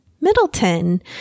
Middleton